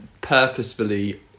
purposefully